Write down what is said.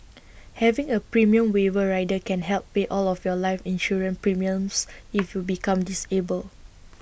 having A premium waiver rider can help pay all of your life insurance premiums if you become disabled